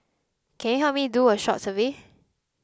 can you help me do a short survey